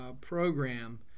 program